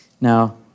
Now